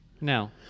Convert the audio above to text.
No